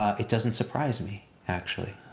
it doesn't surprise me actually.